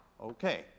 Okay